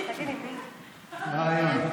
רעיון.